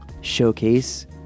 showcase